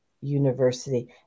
university